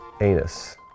Anus